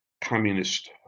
communist